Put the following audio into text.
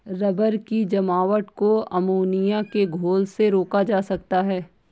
rubber की जमावट को अमोनिया के घोल से रोका जा सकता है